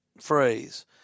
phrase